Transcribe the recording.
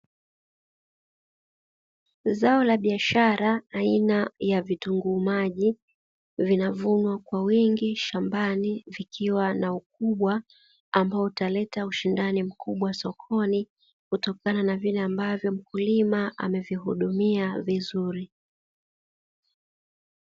Zao la biashara aina ya vitunguu maji vinavuma kwa wingi shambani vikiwa na ukubwa, ambao utaleta ushindani mkubwa sokoni kutokana na vile ambavyo mkulima amevihudumia vizuri.